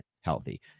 healthy